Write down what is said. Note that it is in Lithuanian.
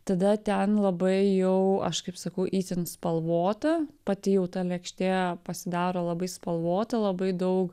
tada ten labai jau aš kaip sakau itin spalvota pati jau ta lėkštė pasidaro labai spalvota labai daug